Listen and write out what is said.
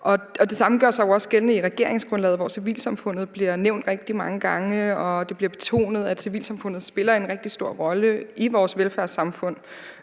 det samme gør sig jo også gældende i regeringsgrundlaget, hvor civilsamfundet bliver nævnt rigtig mange gange og det bliver betonet, at civilsamfundet spiller en rigtig stor rolle i vores velfærdssamfund